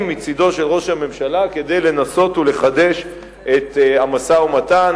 מצדו של ראש הממשלה כדי לנסות ולחדש את המשא-ומתן,